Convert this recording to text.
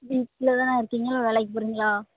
வீட்டில்தான இருக்கீங்க வேலைக்கு போகிறிங்களா